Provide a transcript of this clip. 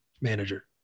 Manager